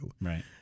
Right